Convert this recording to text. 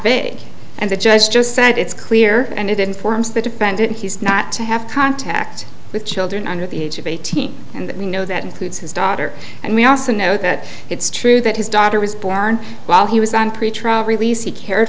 vague and the judge just said it's clear and it informs the defendant he's not to have contact with children under the age of eighteen and we know that includes his daughter and we also know that it's true that his daughter was born while he was on pretrial release he cared